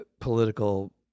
political